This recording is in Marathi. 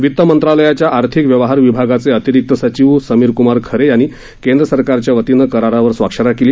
वित्तमंत्रालयाच्या आर्थिक व्यवहार विभागाचे अतिरिक्त सचिव समिरक्मार खरे यांनी केंद्र सरकारच्या वतीनं करारावर सही केली